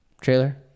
trailer